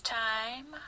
time